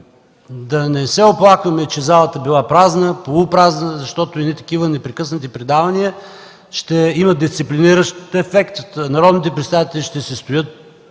да не се оплакваме, че залата била празна или полупразна, защото едни такива непрекъснати предавания ще имат дисциплиниращ ефект, народните представители ще си стоят